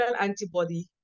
antibody